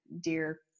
dear